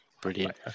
Brilliant